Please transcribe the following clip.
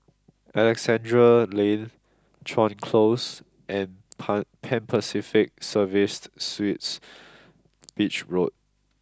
Alexandra Lane Chuan Close and Pan Pacific Serviced Suites Beach Road